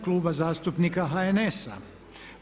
Kluba zastupnika HNS-a.